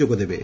ଯୋଗଦେବେ